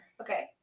Okay